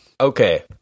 Okay